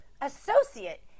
associate